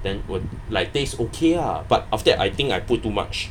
then would like taste okay ah but after that I think I put too much